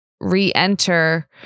Re-enter